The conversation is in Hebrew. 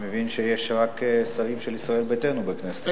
אני מבין שיש רק שרים של ישראל ביתנו בכנסת הזאת.